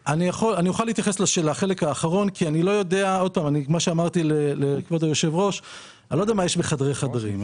אני לא יודע מה יש בחדרי חדרים,